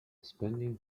spending